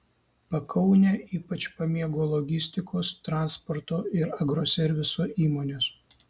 pakaunę ypač pamėgo logistikos transporto ir agroserviso įmonės